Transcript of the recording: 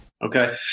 Okay